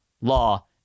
law